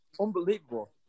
Unbelievable